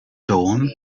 dawn